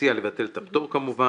הציעה לבטל את הפטור כמובן,